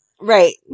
Right